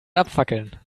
abfackeln